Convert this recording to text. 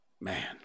Man